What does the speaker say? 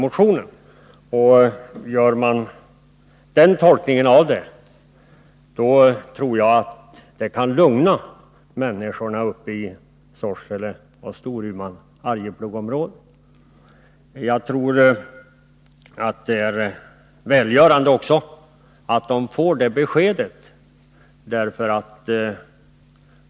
Gör man den tolkningen tror jag att det kan lugna människorna i Sorsele-Storuman-Arjeplogområdet. Det är nog också välgörande att de får det här beskedet.